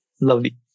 lovely